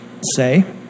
say